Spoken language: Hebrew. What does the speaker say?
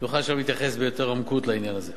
נוכל שם להתייחס ביתר עמקות לעניין הזה.